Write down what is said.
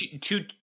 Two